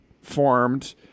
formed